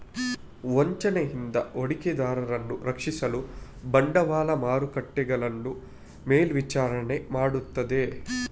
ವಂಚನೆಯಿಂದ ಹೂಡಿಕೆದಾರರನ್ನು ರಕ್ಷಿಸಲು ಬಂಡವಾಳ ಮಾರುಕಟ್ಟೆಗಳನ್ನು ಮೇಲ್ವಿಚಾರಣೆ ಮಾಡುತ್ತದೆ